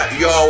yo